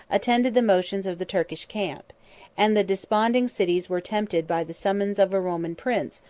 attended the motions of the turkish camp and the desponding cities were tempted by the summons of a roman prince,